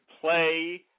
play